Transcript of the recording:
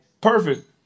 perfect